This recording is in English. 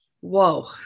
whoa